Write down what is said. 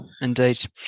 Indeed